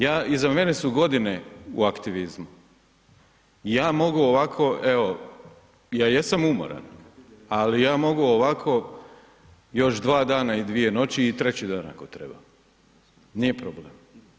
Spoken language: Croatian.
Ja, iza mene su godine u aktivizmu i ja mogu ovako, evo ja jesam umoran, ali ja mogu ovako još 2 dana i 2 noći i treći dan ako treba, nije problem.